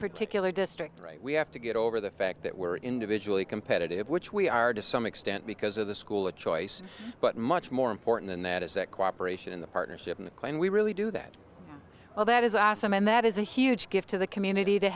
particular district right we have to get over the fact that were individually competitive which we are to some extent because of the school of choice but much more important than that is that cooperation in the partnership in the clay and we really do that well that is awesome and that is a huge gift to the community to